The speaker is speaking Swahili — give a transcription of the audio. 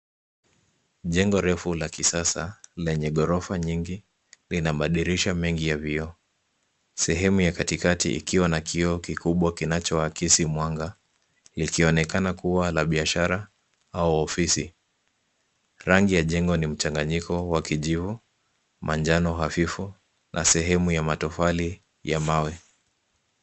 Jengo refu la kisasa lenye orofa nyingi lina madirisha mengi ya vioo sehemu ya katikati ikiwa na kioo kikubwa kinachoakisi mwanga likionekana kuwa la biashara au ofisi rangi ya jengo ni mchanganyiko wa kijivu, manjano hafifu na sehemu ya matofali ya mawe.